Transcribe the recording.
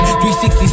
360